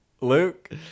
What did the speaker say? Luke